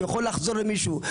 שיכול לחזור למישהו,